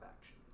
action